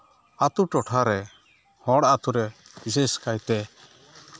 ᱟᱛᱳ ᱴᱚᱴᱷᱟᱨᱮ ᱦᱚᱲ ᱟᱛᱳ ᱨᱮ ᱵᱤᱥᱮᱥ ᱠᱟᱭᱛᱮ